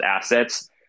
assets